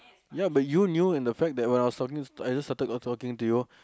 ya but you knew in the fact that when I was talking I just started talking to you